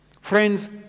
Friends